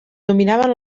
dominaven